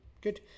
Good